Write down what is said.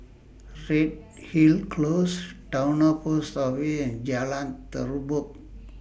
Redhill Close Towner Post Office and Jalan Terubok